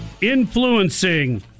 influencing